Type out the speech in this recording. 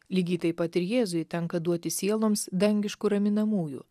lygiai taip pat ir jėzui tenka duoti sieloms dangiškų raminamųjų